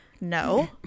No